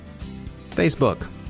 Facebook